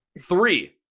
three